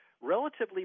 relatively